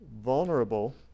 vulnerable